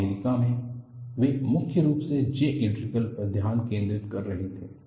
America में वे मुख्य रूप से J इंटीग्रल पर ध्यान केंद्रित कर रहे थे